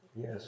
Yes